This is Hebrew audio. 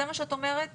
זה מה שאת אומרת?